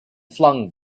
flung